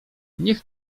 niech